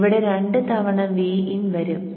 ഇവിടെ രണ്ട് തവണ Vin വരും